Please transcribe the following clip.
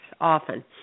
often